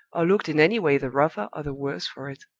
or looked in any way the rougher or the worse for it.